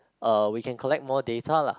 uh we can collect more data lah